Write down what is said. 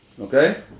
Okay